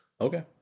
Okay